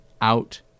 out